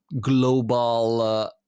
global